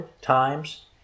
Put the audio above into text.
times